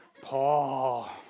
Paul